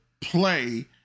play